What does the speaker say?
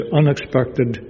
unexpected